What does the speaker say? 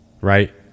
right